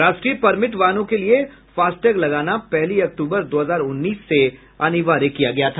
राष्ट्रीय परमिट वाहनों के लिए फास्टैग लगाना पहली अक्तूबर दो हजार उन्नीस से अनिवार्य किया गया था